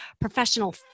professional